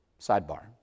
sidebar